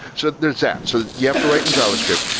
so there's that. so you have to write in javascript.